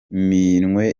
minwe